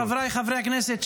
חבריי חברי הכנסת,